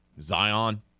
Zion